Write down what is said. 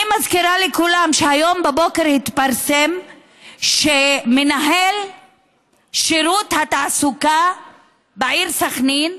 אני מזכירה לכולם שהיום בבוקר התפרסם שמנהל שירות התעסוקה בעיר סח'נין,